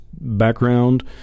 background